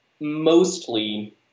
mostly